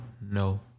No